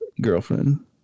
girlfriend